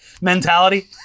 mentality